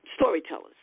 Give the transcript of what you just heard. storytellers